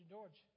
George